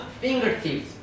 fingertips